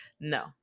No